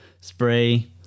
spray